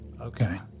Okay